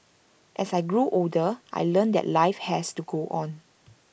as I grew older I learnt that life has to go on